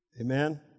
Amen